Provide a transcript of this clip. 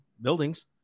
buildings